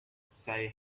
say